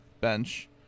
bench